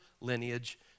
lineage